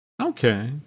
okay